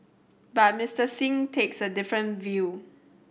but Mister Singh takes a different view